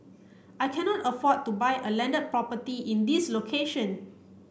I cannot afford to buy a landed property in this location